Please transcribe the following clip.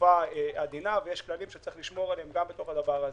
בתקופה עדינה ויש כללים שצריך לשמור עליהם גם בתוך הדבר הזה.